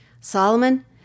Solomon